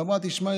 ואמרה: תשמע,